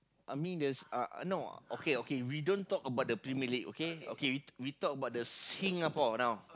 I mean there's uh no okay okay we don't talk about the Premier-League okay okay we we talk about the Singapore now